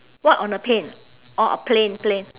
what on a plane orh a plane plane